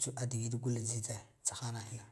tsu a digid gula jhijha hana hina